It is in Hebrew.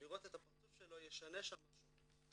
שלראות את הפרצוף שלו ישנה שם משהו,